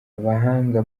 abahanga